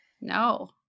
No